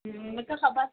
हम्म मूंखे ख़बरु